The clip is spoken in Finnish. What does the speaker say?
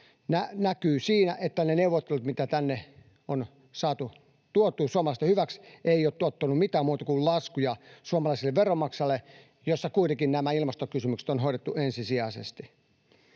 näkyy siinä, että ne neuvottelut, mitä tänne on saatu tuotua suomalaisten hyväksi, eivät ole tuottaneet mitään muuta kuin laskuja suomalaisille veronmaksajille, jossa kuitenkin nämä ilmastokysymykset on hoidettu ensisijaisesti.